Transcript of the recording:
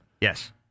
Yes